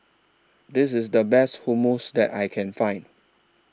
This IS The Best Hummus that I Can Find